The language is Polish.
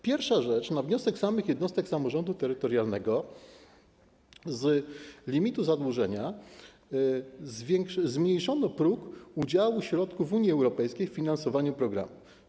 Pierwsza rzecz: na wniosek samych jednostek samorządu terytorialnego z limitu zadłużenia zmniejszono próg udziału środków Unii Europejskiej w finansowaniu programów.